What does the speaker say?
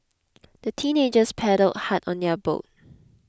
the teenagers paddled hard on their boat